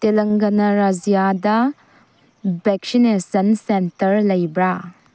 ꯇꯦꯂꯪꯒꯅ ꯔꯥꯏꯖ꯭ꯌꯥꯗ vaccination centre ꯂꯩꯕ꯭ꯔꯥ